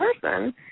person